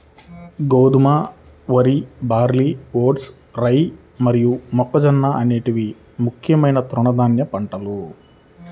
గోధుమ, వరి, barley, oats, rye మరియు మొక్కజొన్న అనేవి ముఖ్యమైన తృణధాన్యాల పంటలు